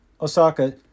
Osaka